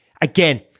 again